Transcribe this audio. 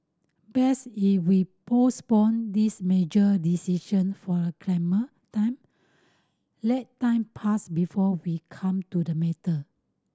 best if we postponed this major decision for a claimer time let time pass before we come to the matter